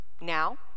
now